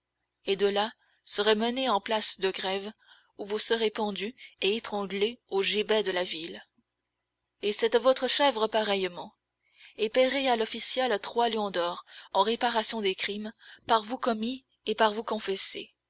et de là serez menée en place de grève où vous serez pendue et étranglée au gibet de la ville et cette votre chèvre pareillement et paierez à l'official trois lions d'or en réparation des crimes par vous commis et par vous confessés